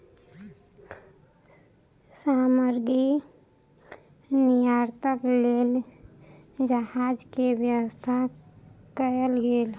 सामग्री निर्यातक लेल जहाज के व्यवस्था कयल गेल